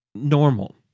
normal